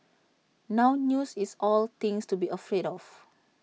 now news is all things to be afraid of